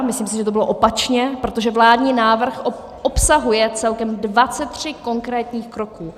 Myslím si, že to bylo opačně, protože vládní návrh obsahuje celkem 23 konkrétních kroků.